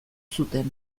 zuten